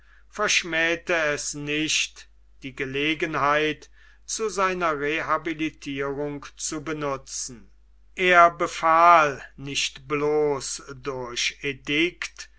verschmähte es nicht die gelegenheit zu seiner rehabilitierung zu benutzen er befahl nicht bloß durch